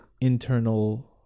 internal